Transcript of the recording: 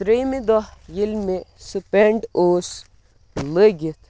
ترٛیٚیِمہِ دۄہ ییٚلہِ مےٚ سُہ پٮ۪نٛٹ اوس لٲگِتھ